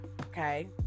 okay